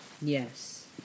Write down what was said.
Yes